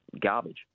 garbage